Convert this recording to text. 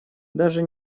даже